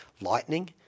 lightning